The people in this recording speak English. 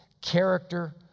character